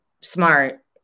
smart